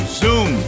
zoom